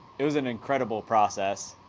it was an incredible process.